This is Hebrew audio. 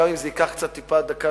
גם אם זה ייקח טיפה יותר מזמני,